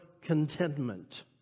contentment